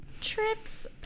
Trips